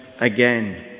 again